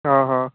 ہاں ہاں